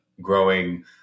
growing